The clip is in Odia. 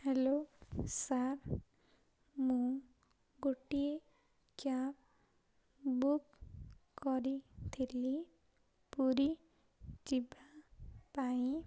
ହ୍ୟାଲୋ ସାର୍ ମୁଁ ଗୋଟିଏ କ୍ୟାବ୍ ବୁକ୍ କରିଥିଲି ପୁରୀ ଯିବା ପାଇଁ